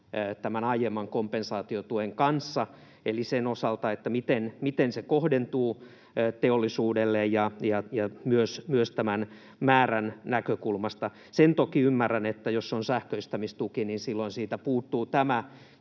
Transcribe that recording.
tämän aiemman kompensaatiotuen kanssa eli sen osalta, miten se kohdentuu teollisuudelle, ja myös tämän määrän näkökulmasta. Sen toki ymmärrän, että jos se on sähköistämistuki, niin silloin siitä puuttuu tämä